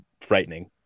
frightening